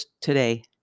today